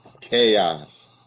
Chaos